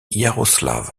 iaroslavl